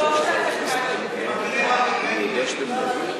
לא צודקת, טוב שאתם כאן.